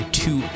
two